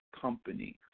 Company